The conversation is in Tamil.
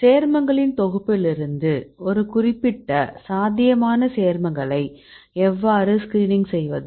சேர்மங்களின் தொகுப்பிலிருந்து ஒரு குறிப்பிட்ட சாத்தியமான சேர்மங்களைத் எவ்வாறு ஸ்கிரீனிங் செய்வது